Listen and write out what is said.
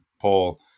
Paul